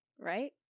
right